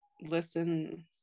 listen